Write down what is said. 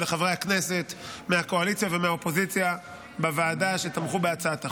ולחברי הכנסת מהקואליציה ומהאופוזיציה בוועדה שתמכו בהצעת החוק.